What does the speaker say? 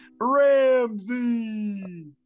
Ramsey